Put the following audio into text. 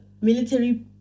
military